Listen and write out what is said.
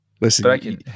Listen